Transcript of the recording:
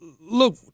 Look